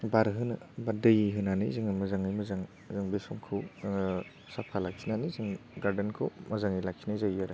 बारहोनो बा दै होनानै जोङो मोजाङै मोजां जों बे समखौ साफा लाखिनानै जोंनि गार्देनखौ मोजाङै लाखिनाय जायो आरो